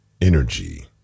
Energy